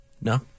No